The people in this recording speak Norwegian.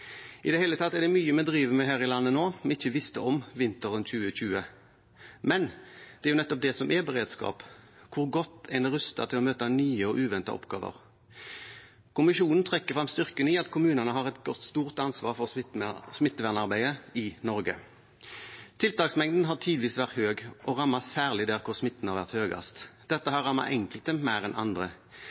I det hele tatt er det mye vi driver med her i landet nå som vi ikke visste om vinteren 2020. Men det er jo nettopp det som er beredskap – hvor godt en er rustet til å møte nye og uventede oppgaver. Kommisjonen trekker frem styrken i at kommunene har et stort ansvar for smittevernarbeidet i Norge. Tiltaksmengden har tidvis vært stor og rammet særlig der smitten har vært størst. Dette har rammet enkelte mer enn andre.